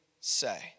say